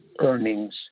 earnings